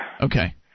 Okay